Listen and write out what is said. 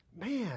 Man